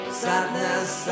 sadness